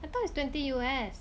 I thought it's twenty U_S